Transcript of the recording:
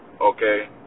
okay